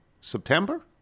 September